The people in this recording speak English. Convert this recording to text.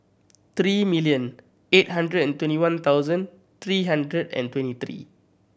three million eight hundred and twenty one thousand three hundred and twenty three